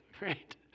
right